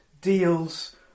deals